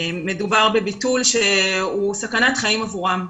מדובר בביטול שהוא סכנת חיים עבורם.